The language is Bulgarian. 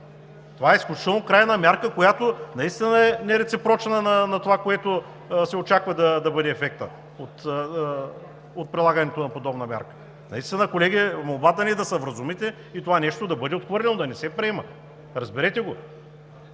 Това е изключително крайна мярка, която наистина е нереципрочна на това, което се очаква да бъде ефектът от прилагането на подобна мярка. Наистина, колеги, молбата ни е да се вразумите и това нещо да бъде отхвърлено, да не се приема! Разберете го!